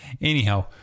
anyhow